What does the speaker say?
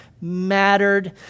mattered